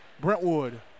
Brentwood